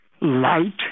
light